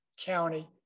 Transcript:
county